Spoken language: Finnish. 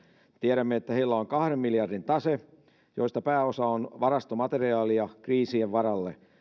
tiedämme että heillä on kahden miljardin tase josta pääosa on varastomateriaalia kriisien varalle